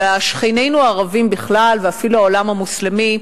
אלא שכנינו הערבים בכלל ואפילו העולם המוסלמי,